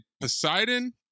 Poseidon